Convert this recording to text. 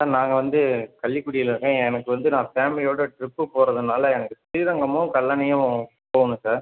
sir நாங்கள் வந்து கள்ளிக்குடியில் இருக்கோம் எனக்கு வந்து நான் ஃபேமிலியோடய ட்ரிப்பு போகிறதுனால எனக்கு ஸ்ரீரங்கமும் கல்லணையும் போகணும் சார்